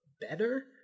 better